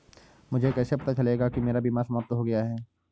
मुझे कैसे पता चलेगा कि मेरा बीमा समाप्त हो गया है?